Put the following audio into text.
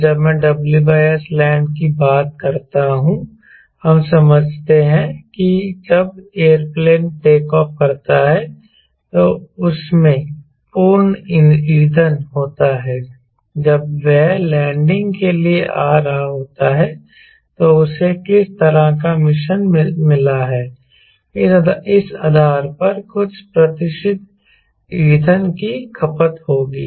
और जब मैं WSLand की बात करता हूं हम समझते हैं कि जब एयरप्लेन टेक ऑफ करता है तो उसमें पूर्ण ईंधन होता है जब वह लैंडिंग के लिए आ रहा होता है तो उसे किस तरह का मिशन मिला है इस आधार पर कुछ प्रतिशत ईंधन की खपत होगी